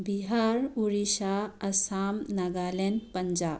Bihar Orissa Assam Nagaland Punjab